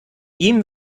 ihm